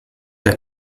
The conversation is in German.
der